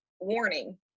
warning